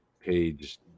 page